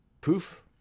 proof